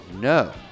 no